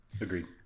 Agreed